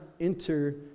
enter